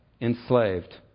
enslaved